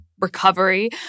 recovery